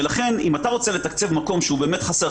לכן אם אתה רוצה לתקצב מקום שהוא באמת חסר,